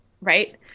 Right